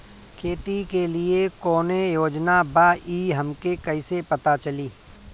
खेती के लिए कौने योजना बा ई हमके कईसे पता चली?